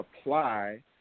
apply